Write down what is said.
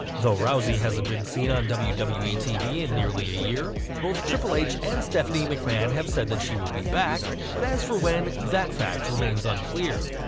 though rousey hasn't been seen on wwe wwe tv in nearly a year, both triple h and stephanie mcmahon have said that she will be back, but as for when, that fact remains unclear.